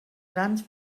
grans